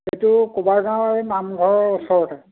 এইটো কোবা গাঁৱৰ এই নামঘৰৰ ওচৰতে